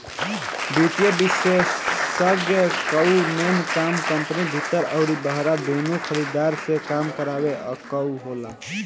वित्तीय विषेशज्ञ कअ मेन काम कंपनी भीतर अउरी बहरा दूनो खरीदार से काम करावे कअ होला